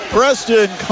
Preston